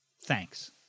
thanks